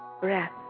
breath